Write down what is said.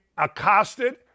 Accosted